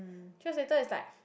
three years later is like